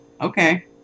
okay